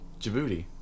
Djibouti